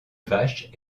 vache